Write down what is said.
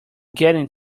getting